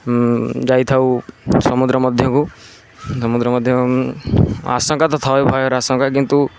ଯାଇଥାଉ ସମୁଦ୍ର ମଧ୍ୟକୁ ସମୁଦ୍ର ମଧ୍ୟ ଆଶଙ୍କା ତ ଥାଏ ଭୟର ଆଶଙ୍କା କିନ୍ତୁ